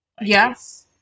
Yes